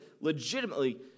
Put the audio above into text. legitimately